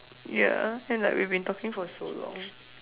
ya and like we have been talking for so long